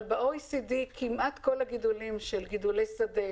אבל ב-OECD כמעט כל הגידולים של גידולי שדה